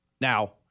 Now